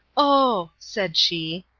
oh! said she,